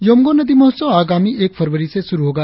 योमगो नदी महोत्सव आगामी एक फरवरी से शुरु होगा